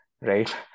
right